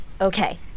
Okay